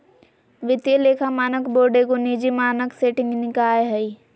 वित्तीय लेखा मानक बोर्ड एगो निजी मानक सेटिंग निकाय हइ